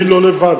אני לא לבד,